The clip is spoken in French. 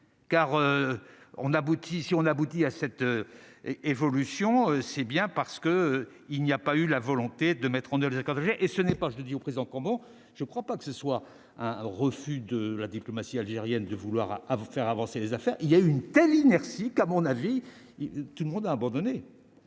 si on aboutit à cette évolution, c'est bien parce que il n'y a pas eu la volonté de mettre en dehors des accords et ce n'est pas, je le dis au président Combo, je ne crois pas que ce soit un refus de la diplomatie algérienne de vouloir à vous faire avancer les affaires il y a une telle inertie qu'à mon avis, tout le monde a abandonné.